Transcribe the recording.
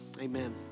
Amen